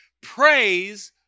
Praise